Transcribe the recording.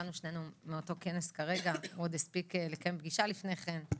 שהגענו שנינו מאותו כנס כרגע והוא עוד הספיק לקיים פגישה לפני כן.